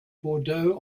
bordeaux